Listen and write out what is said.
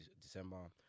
December